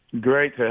Great